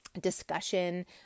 discussion